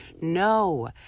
No